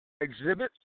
Exhibit